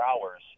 hours